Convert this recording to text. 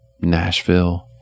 Nashville